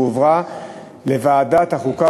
והועברה לוועדת החוקה,